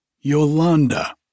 Yolanda